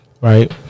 right